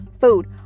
food